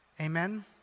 Amen